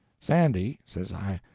sandy, says i,